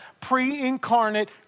pre-incarnate